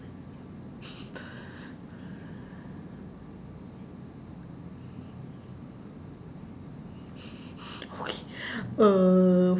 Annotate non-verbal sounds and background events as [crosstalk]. [laughs] okay uh